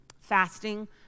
Fasting